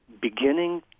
beginning